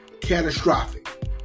catastrophic